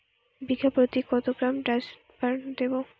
বিঘাপ্রতি কত গ্রাম ডাসবার্ন দেবো?